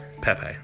Pepe